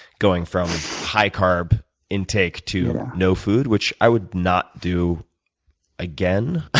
going from high-carb intake to no food, which i would not do again.